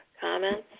comments